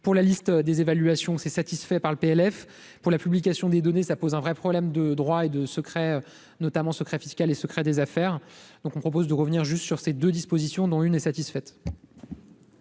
pour la liste des évaluations s'est satisfait par le PLF pour la publication des données, ça pose un vrai problème de droit et de secrets notamment secret fiscal et secret des affaires, donc on propose de revenir juste sur ces 2 dispositions dont une est satisfaite.